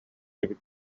эбит